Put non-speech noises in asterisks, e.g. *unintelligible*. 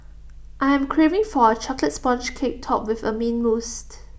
I am craving for A Chocolate Sponge Cake Topped with Mint Mousse *unintelligible*